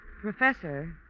Professor